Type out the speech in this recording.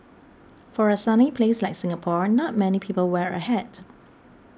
for a sunny place like Singapore not many people wear a hat